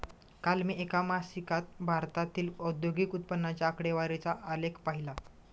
काल मी एका मासिकात भारतातील औद्योगिक उत्पन्नाच्या आकडेवारीचा आलेख पाहीला